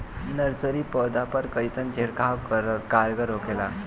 Nursery पौधा पर कइसन छिड़काव कारगर होखेला?